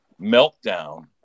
meltdown